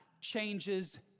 changes